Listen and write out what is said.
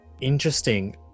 interesting